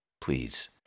Please